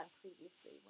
previously